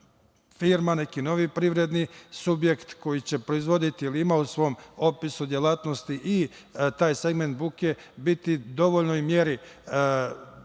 firma, neki novi privredni subjekt koji će proizvoditi, ima u svom opisu delatnosti i taj segment buke, biti u dovoljnoj meri